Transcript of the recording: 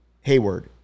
Hayward